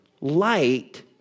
Light